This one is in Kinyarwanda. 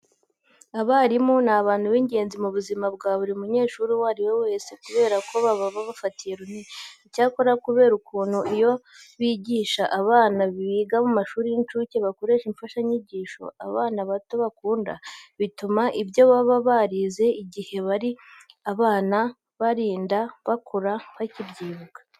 Abarimu ni abantu b'ingenzi mu buzima bwa buri munyeshuri uwo ari we wese kubera ko baba babafatiye runini. Icyakora kubera ukuntu iyo bigisha abana biga mu mashuri y'incuke bakoresha imfashanyigisho abana bato bakunda, bituma ibyo baba barize igihe bari abana barinda bakura bakibyibuka.